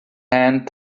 hand